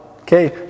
Okay